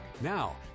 Now